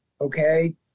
Okay